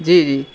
جی جی